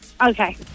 Okay